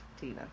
tina